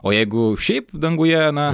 o jeigu šiaip danguje na